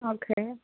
okay